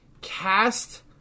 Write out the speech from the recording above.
cast